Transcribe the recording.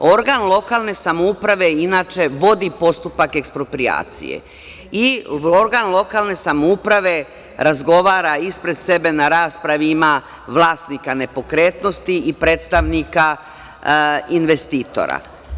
Organ lokalne samouprave, inače, vodi postupak eksproprijacije i organ lokalne samouprave razgovara, ispred sebe ima vlasnika nepokretnosti i predstavnika investitora.